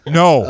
no